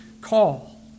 call